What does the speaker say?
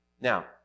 Now